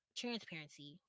transparency